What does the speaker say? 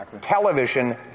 Television